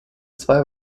zwei